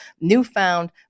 newfound